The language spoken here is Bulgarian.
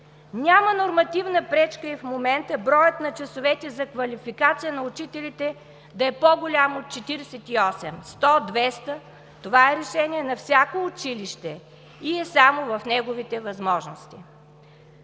Няма нормативна пречка и в момента броят на часовете за квалификация на учителите да е по голям от 48 – 100, 200. Това е решение на всяко училище и е само в неговите възможности.